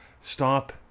Stop